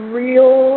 real